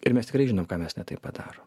ir mes tikrai žinom ką mes ne taip padarom